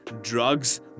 drugs